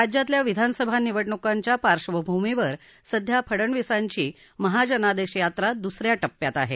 राज्यातल्या विधानसभा निवडणुकांच्या पार्श्वभूमीवर सध्या फडणवीसांची महाजनादेश यात्रा दुस या िप्यात आहे